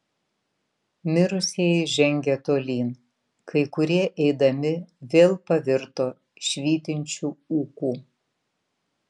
mirusieji žengė tolyn kai kurie eidami vėl pavirto švytinčiu ūku